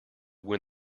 win